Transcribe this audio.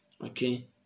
okay